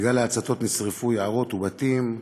בגל ההצתות נשרפו יערות ובתים,